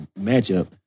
matchup